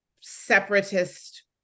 separatist